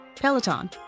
Peloton